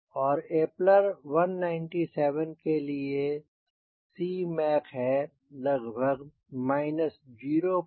और Eppler 197 के लिए Cmac है लगभग 007